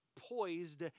poised